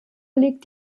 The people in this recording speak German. liegt